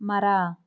ಮರ